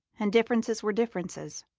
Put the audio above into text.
and differences were differences,